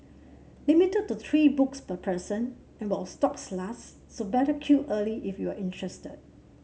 limited to three books per person and while stocks last so better queue early if you're interested